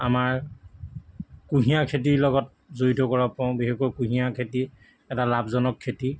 আমাৰ কুঁহিয়াৰ খেতিৰ লগত জড়িত কৰাব পাৰো বিশেষকৈ কুঁহিয়াৰ খেতি এটা লাভজনক খেতি